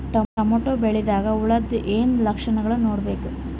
Tomato ಬೆಳಿದಾಗ್ ಹುಳದ ಏನ್ ಲಕ್ಷಣಗಳು ನೋಡ್ಬೇಕು?